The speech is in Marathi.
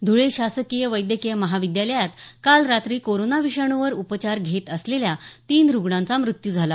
धुळे शासकीय वैद्यकीय महाविद्यालयात काल रात्री कोरोना विषाणूवर उपचार घेत असलेल्या तीन रुग्णांचा मृत्यू झाला